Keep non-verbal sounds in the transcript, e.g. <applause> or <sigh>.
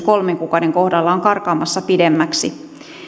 <unintelligible> kolmen kuukauden kohdalla on karkaamassa pidemmäksi